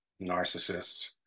narcissists